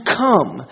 come